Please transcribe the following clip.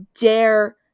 dare